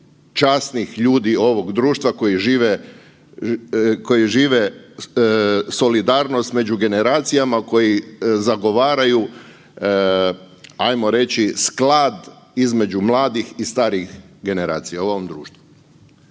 časnih ljudi ovog društva koji žive solidarnost među generacijama, koji zagovaraju ajmo reći sklad između mladih i starih generacija u ovom društvu.